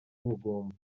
ubugumba